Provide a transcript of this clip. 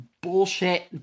bullshit